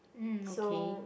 mm okay